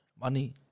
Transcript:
money